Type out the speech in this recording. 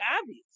obvious